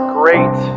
great